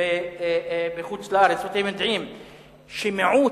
בחוץ-לארץ ואתם יודעים שמיעוט,